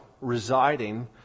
residing